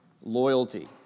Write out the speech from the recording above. loyalty